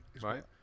Right